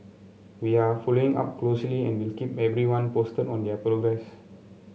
we are following up closely and will keep everyone posted on their progress